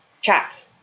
chat